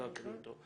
לא אקריא אותו.